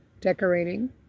decorating